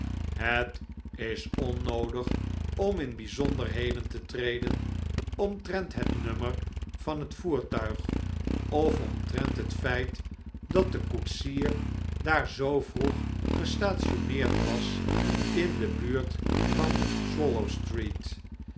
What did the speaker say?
het is onnoodig om in bijzonderheden te treden omtrent het nummer van het voertuig of omtrent het feit dat de koetsier daar zoo vroeg gestationneerd was in de buurt van